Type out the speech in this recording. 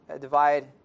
divide